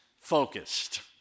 focused